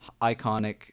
iconic